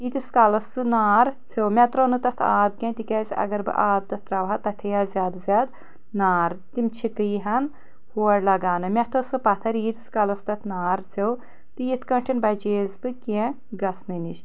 یٖتِس کالَس سُہ نار ژھیوٚو مے ترٛو نہٕ تَتھ آب کیٚنٛہہ تِکیازِ اگر بہِ تَتھ آب ترٛاوہا تَتھ ہیٚیہِ ہا زیاد زیاد نار تِم چِھکہٕ ییٖہَن ہور لَگاونہٕ مے تھٲو سہ پَتَھر ییٖتِس کالَس تَتھ نار ژھیوٚو تہٕ یِتھ کٲنٛٹھۍ بَچییَس بہٕ کیٚنٛہہ گَژھنہٕ نِش